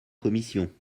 commission